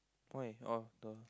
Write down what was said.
why oh the